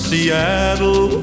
Seattle